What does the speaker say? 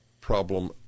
problem